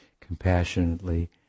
compassionately